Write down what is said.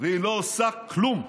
והיא לא עושה כלום,